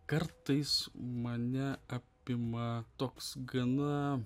kartais mane apima toks gana